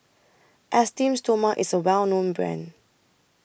Esteem Stoma IS A Well known Brand